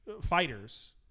fighters